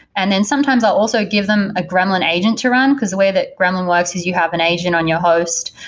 and then sometimes i'll also give them a gremlin agent to run, because the way that gremlin works is you have an agent on your host.